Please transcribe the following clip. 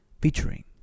featuring